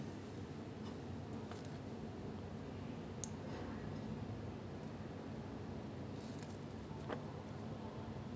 ya ya ya like அந்த:antha seventies eighties period lah எடுத்த படோதா என் அம்மா அப்பா நிறைய போடுவாங்க:edutha padothaa en amma appa niraiya poduvaanga you know vasantham they have that thing right like every friday they will put one old movie that kind